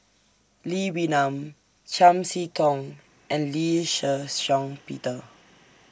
Lee Wee Nam Chiam See Tong and Lee Shih Shiong Peter